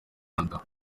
nyarwanda